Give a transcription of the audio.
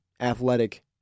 athletic